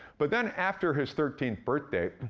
but then, after his thirteenth birthday,